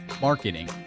marketing